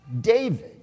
David